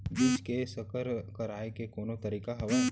बीज के संकर कराय के कोनो तरीका हावय?